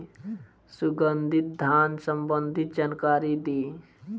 सुगंधित धान संबंधित जानकारी दी?